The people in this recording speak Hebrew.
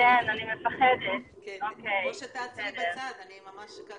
הייתי רוצה אותם, אם אפשר לאתר לי אותם אני אשמח.